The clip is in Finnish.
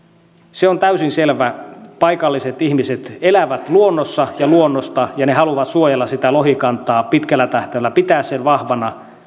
se on täysin selvää paikalliset ihmiset elävät luonnossa ja luonnosta ja haluavat suojella sitä lohikantaa pitkällä tähtäimellä pitää sen vahvana